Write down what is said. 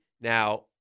now